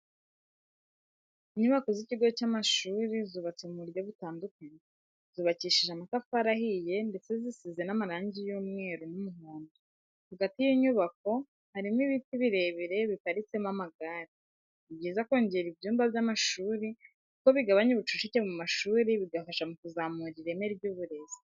Inyubako z'ikigo cy'amashuri zubatse mu buryo butandukanye, zubakishije amatafari ahiye ndetse zisize n'amarangi y'umweru n'umuhondo, hagati y'inyubako harimo ibiti birebire biparitsemo amagare. Ni byiza kongera ibyumba by'amashuri kuko bigabanya ubucucike mu mashuri bigafasha mu kuzamura ireme ry'uburezi.